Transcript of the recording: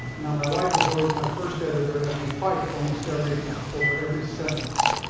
now my wife is always my first editor, and we fight almost every, over every sentence.